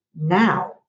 now